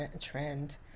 trend